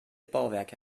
bauwerke